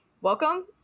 welcome